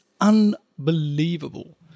unbelievable